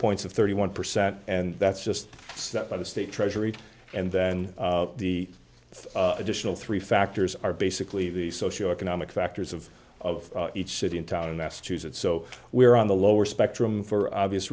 points of thirty one percent and that's just that by the state treasury and then the additional three factors are basically the socioeconomic factors of of each city and town in massachusetts so we're on the lower spectrum for obvious